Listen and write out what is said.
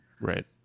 Right